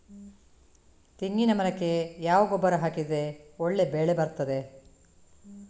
ತೆಂಗಿನ ಮರಕ್ಕೆ ಯಾವ ಗೊಬ್ಬರ ಹಾಕಿದ್ರೆ ಒಳ್ಳೆ ಬೆಳೆ ಬರ್ತದೆ?